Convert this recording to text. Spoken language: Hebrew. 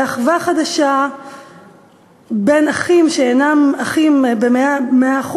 ואחווה חדשה בין אחים שאינם אחים ב-100%,